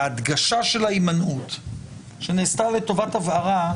שההדגשה של ההימנעות שנעשתה לטובת הבהרה,